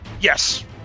Yes